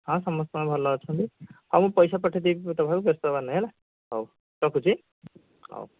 ହଁ ସମସ୍ତେ ଭଲ ଅଛନ୍ତି ହେଉ ମୁଁ ପଇସା ପଠାଇଦେବି ତୋ ପାଖକୁ ବ୍ୟସ୍ତ ହେବାର ନାହିଁ ହେଲା ହେଉ ରଖୁଛି ହେଉ